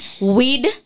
Weed